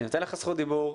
אני נותן לך זכות דיבור,